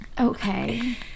Okay